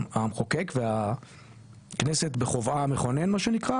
המחוקק והכנסת בחובה המכונן מה שנקרא,